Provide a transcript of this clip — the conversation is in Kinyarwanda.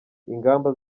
ingamba